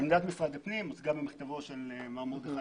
עמדת משרד הפנים הוצגה במכתבו של המנכ"ל.